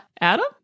adam